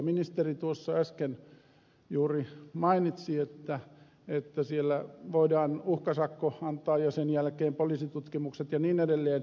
ministeri tuossa äsken juuri mainitsi että siellä voidaan uhkasakko antaa ja sen jälkeen poliisitutkimukset ja niin edelleen